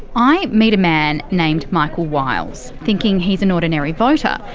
i meet a man named michael wiles, thinking he's an ordinary voter.